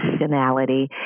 functionality